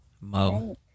mo